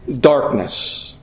darkness